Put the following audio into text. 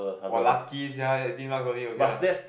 [wah] lucky sia eighteen month for me okay lah